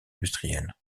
industrielle